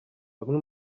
bamwe